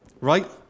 right